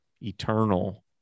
eternal